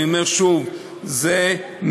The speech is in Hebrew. אני אומר שוב: זה מעט,